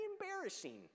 embarrassing